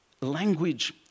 Language